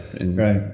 right